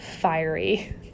fiery